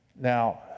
Now